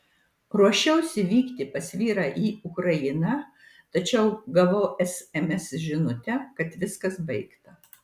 ruošiausi vykti pas vyrą į ukrainą tačiau gavau sms žinutę kad viskas baigta